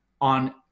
on